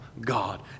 God